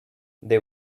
they